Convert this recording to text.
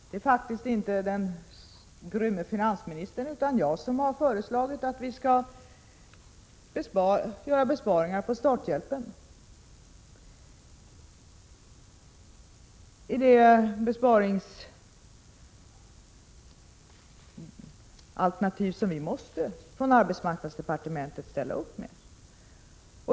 Det är faktiskt inte den grymme finansministern utan jag som har föreslagit att vi skall göra besparingar på starthjälpen i det besparingsalternativ som vi från arbetsmarknadsdepartementet måste ställa upp med.